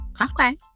Okay